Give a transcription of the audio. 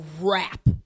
wrap